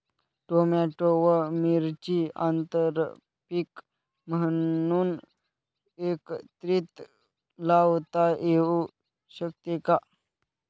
Tomato व मिरची आंतरपीक म्हणून एकत्रित लावता येऊ शकते का?